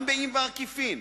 גם באים בעקיפין.